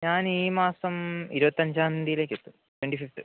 ഞാനീ മാസം ഇരുപത്തഞ്ചാം തീയ്യതിക്ക് എത്തും ട്വൻറ്റി ഫിഫ്ത്ത്